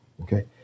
okay